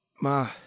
Ma